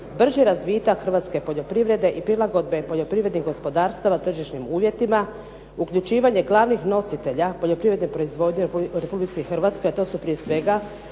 brži razvitak hrvatske poljoprivrede i prilagodbe poljoprivrednih gospodarstava tržišnim uvjetima, uključivanje glavnih nositelja poljoprivredne proizvodnje u Republici Hrvatskoj, a to su prije svega